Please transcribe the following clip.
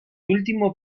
último